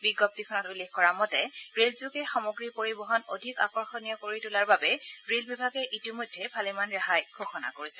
বিজ্ঞপ্তিখনত উল্লেখ কৰা মতে ৰেলষোগে সামগ্ৰী পৰিবহণ অধিক আকৰ্ষণীয় কৰি তোলাৰ অৰ্থে ৰেল বিভাগে ইতিমধ্যে ভালেমান ৰেহাই ঘোষণা কৰিছে